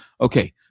okay